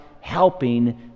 helping